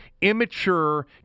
immature